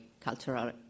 cultural